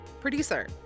producer